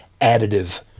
additive